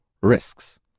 risks